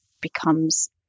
becomes